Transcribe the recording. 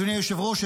אדוני היושב-ראש,